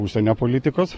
užsienio politikos